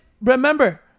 Remember